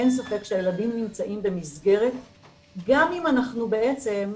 אין ספק שהילדים נמצאים במסגרת גם אם אנחנו בעצם,